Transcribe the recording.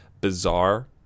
bizarre